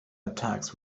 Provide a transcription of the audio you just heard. attacks